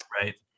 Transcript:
right